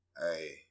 Hey